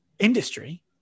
industry